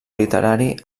literari